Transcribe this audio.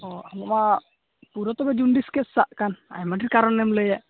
ᱚᱸᱻ ᱱᱚᱣᱟ ᱯᱩᱨᱟᱹ ᱛᱚᱵᱮ ᱡᱩᱱᱰᱤᱥ ᱠᱮᱥ ᱥᱟᱵ ᱟᱠᱟᱱ ᱟᱭᱢᱟ ᱰᱷᱮᱨ ᱠᱟᱨᱚᱱᱮᱢ ᱞᱟᱹᱭᱮᱫ